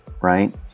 right